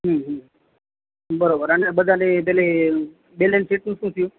બરોબર અને બધાની પેલી પેમેન્ટ શીટનું શું થયું